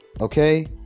Okay